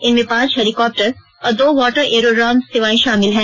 इनमें पांच हेलिकॉप्टर और दो वाटर एयरोड्रॉम सेवाएं शामिल हैं